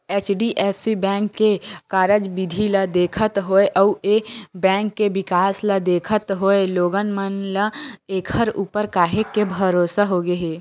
HDFC bank के कारज बिधि ल देखत होय अउ ए बेंक के बिकास ल देखत होय लोगन मन ल ऐखर ऊपर काहेच के भरोसा होगे हे